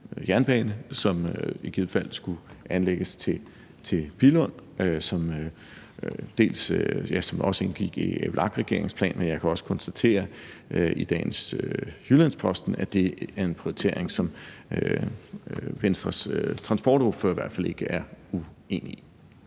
som i givet fald skulle anlægges til Billund, som også indgik i VLAK-regeringens plan. Men jeg kan også konstatere i dagens Jyllands-Posten, at det er en prioritering, som Venstres transportordfører i hvert fald ikke er uenig